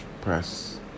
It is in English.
press